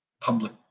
public